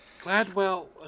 Gladwell